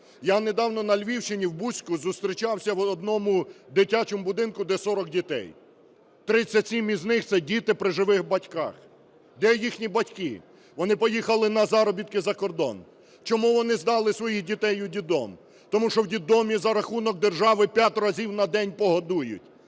Я недавно на Львівщині в Буську зустрічався в одному дитячому будинку, де 40 дітей. 37 із них – це діти при живих батьках. Де їхні батьки? Вони поїхали на заробітки за кордон. Чому вони здали своїх дітей у дитдом? Тому що у дитдомі, за рахунок держави, п'ять разів на день погодують,